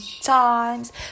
times